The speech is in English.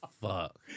fuck